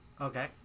Okay